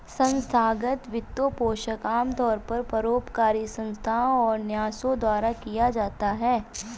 संस्थागत वित्तपोषण आमतौर पर परोपकारी संस्थाओ और न्यासों द्वारा दिया जाता है